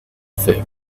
fit